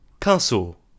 Castle